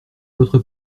votre